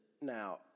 Now